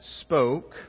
spoke